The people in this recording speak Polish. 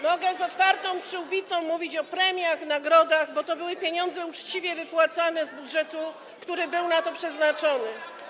Mogę z otwartą przyłbicą mówić o premiach, nagrodach, bo to były pieniądze uczciwe wypłacane z budżetu, który był na to przeznaczony.